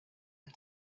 son